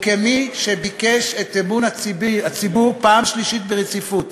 וכמי שביקש את אמון הציבור בפעם השלישית ברציפות